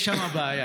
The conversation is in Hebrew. יש שם בעיה,